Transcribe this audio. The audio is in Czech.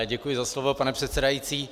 Děkuji za slovo, pane předsedající.